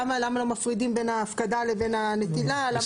למה לא מפרידים בין ההפקדה לבין הנטילה'.